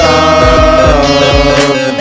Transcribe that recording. Love